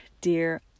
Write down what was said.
dear